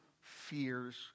fears